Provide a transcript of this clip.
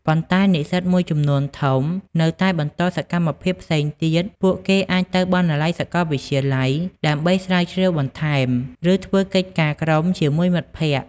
ប៉ុន្តែនិស្សិតមួយចំនួនធំនៅតែបន្តសកម្មភាពផ្សេងទៀត ពួកគេអាចទៅ បណ្ណាល័យសាកលវិទ្យាល័យ ដើម្បីស្រាវជ្រាវបន្ថែម ឬធ្វើកិច្ចការក្រុមជាមួយមិត្តភក្តិ។